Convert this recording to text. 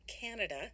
Canada